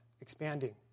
expanding